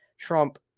Trump